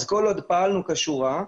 כל עוד פעלנו כשורה,